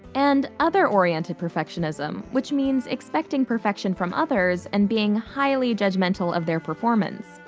and other-oriented perfectionism, which means expecting perfection from others and being highly judgmental of their performance.